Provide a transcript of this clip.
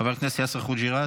חבר הכנסת יאסר חוג'יראת.